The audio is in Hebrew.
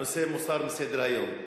הנושא מוסר מסדר-היום.